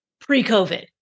pre-COVID